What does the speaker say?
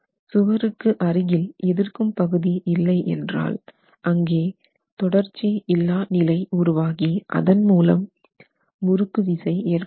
சுவருக்கு அருகில் எதிர்க்கும் பகுதி இல்லை என்றால் அங்கே தொடர்ச்சி இல்லா நிலை உருவாகி அதன் மூலம் முறுக்கு விசை ஏற்படலாம்